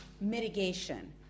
mitigation